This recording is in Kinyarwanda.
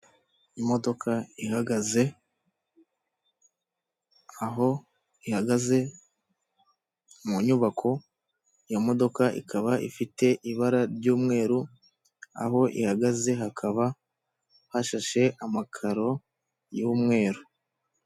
Imodoka ihagaze, aho ihagaze mu nyubako, iyo modoka ikaba ifite ibara ry'umweru, aho ihagaze hakaba hashashe amakaro y'umweru.